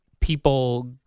people